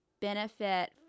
benefit